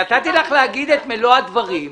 נתתי לך לומר את מלוא הדברים.